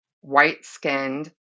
white-skinned